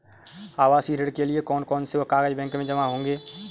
आवासीय ऋण के लिए कौन कौन से कागज बैंक में जमा होंगे?